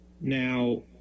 Now